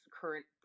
current